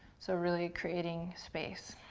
so really creating space.